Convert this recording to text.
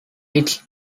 its